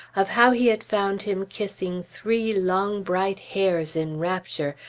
of how he had found him kissing three long bright hairs in rapture,